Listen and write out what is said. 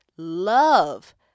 Love